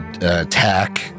attack